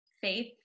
faith